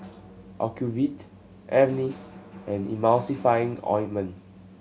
Ocuvite Avene and Emulsying Ointment